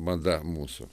mada mūsų